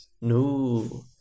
No